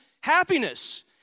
happiness